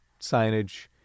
signage